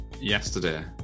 Yesterday